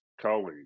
colleague